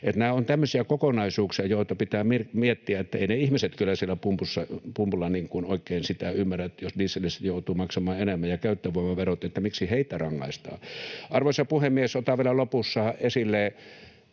Nämä ovat tämmöisiä kokonaisuuksia, joita pitää miettiä. Eivät ne ihmiset kyllä siellä pumpulla oikein sitä ymmärrä, että jos dieselistä joutuu maksamaan enemmän ja käyttövoimaverot, miksi heitä rangaistaan. Arvoisa puhemies! Otan vielä lopussa esille